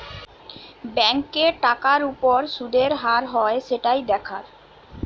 ব্যাংকে টাকার উপর শুদের হার হয় সেটাই দেখার